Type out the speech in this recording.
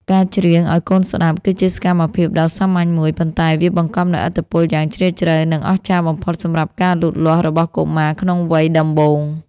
ការច្រៀងឱ្យកូនស្តាប់ គឺជាសកម្មភាពដ៏សាមញ្ញមួយ ប៉ុន្តែវាបង្កប់នូវឥទ្ធិពលយ៉ាងជ្រាលជ្រៅ និងអស្ចារ្យបំផុតសម្រាប់ការលូតលាស់របស់កុមារក្នុងវ័យដំបូង។